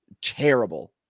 terrible